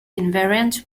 invariant